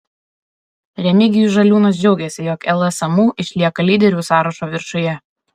remigijus žaliūnas džiaugėsi jog lsmu išlieka lyderių sąrašo viršuje